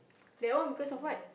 they all because of what